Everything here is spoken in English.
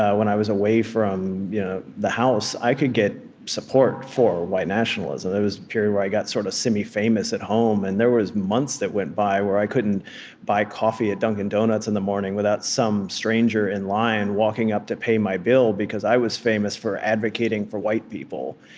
when i was away from yeah the house i could get support for white nationalism. there was a period where i got sort of semi-famous at home, and there was months that went by where i couldn't buy coffee at dunkin' donuts in the morning without some stranger in line walking up to pay my bill because i was famous for advocating for white people.